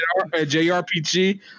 JRPG